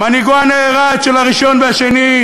מנהיגם הנערץ של הראשון והשני,